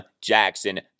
Jackson